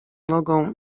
nogą